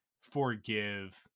forgive